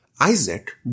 Isaac